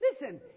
Listen